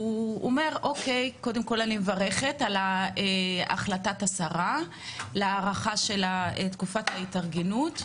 אני קודם כל מברכת על החלטת השרה להארכת תקופת ההתארגנות.